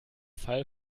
fall